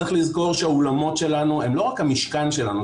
צריך לזכור שהאולמות שלנו הם לא רק המשכן שלנו,